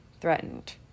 threatened